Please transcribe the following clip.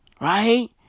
Right